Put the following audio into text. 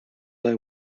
they